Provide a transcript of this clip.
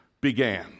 began